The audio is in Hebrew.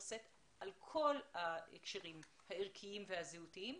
שאת על כל ההקשרים הערכיים והזהותיים,